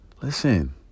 Listen